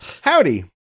Howdy